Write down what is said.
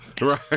right